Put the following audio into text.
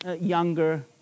younger